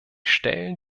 stellen